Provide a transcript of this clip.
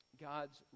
God's